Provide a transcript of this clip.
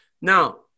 Now